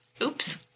Oops